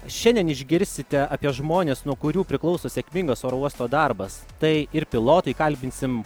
šiandien išgirsite apie žmones nuo kurių priklauso sėkmingas oro uosto darbas tai ir pilotai kalbinsim